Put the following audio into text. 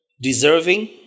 deserving